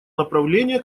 направление